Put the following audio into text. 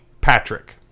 Patrick